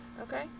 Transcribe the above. Okay